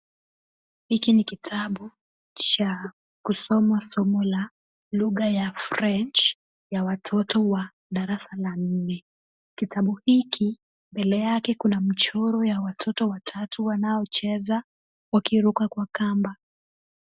Hiki ni kitabu cha kusoma somo la lugha ya (cs) French (cs) ya watoto wa darasa la nne. Kitabu hiki mbele yake kuna mchoro ya watoto watatu wanaocheza wakiruka kwa kamba.